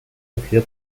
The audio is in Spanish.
decidió